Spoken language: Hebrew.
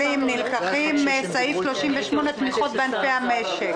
וההגירה לפעולות הבאות: הנפקת מסמכי זיהוי ביומטריים,